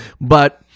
But-